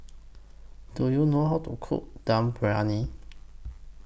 Do YOU know How to Cook Dum Briyani